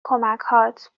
کمکهات